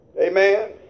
Amen